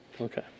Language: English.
Okay